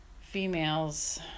females